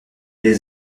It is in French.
des